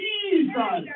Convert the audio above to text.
Jesus